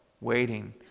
waiting